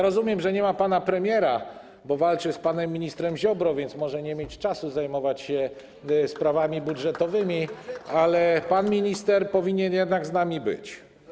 Rozumiem, że nie ma pana premiera, bo walczy z panem ministrem Ziobrą, więc może nie mieć czasu zajmować się sprawami budżetowymi, ale pan minister powinien jednak z nami być.